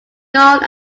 known